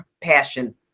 passion